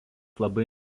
labai